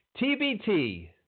TBT